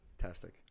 fantastic